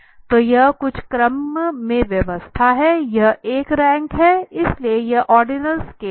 तो यह कुछ क्रम में व्यवस्था हैयह एक रैंक है इसलिए यह ओर्डिनल स्केल है